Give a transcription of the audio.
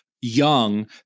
young